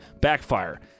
backfire